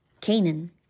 Canaan